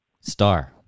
star